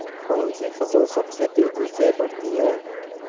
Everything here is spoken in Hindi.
कौनसी फसल सबसे तेज़ी से बढ़ती है?